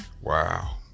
Wow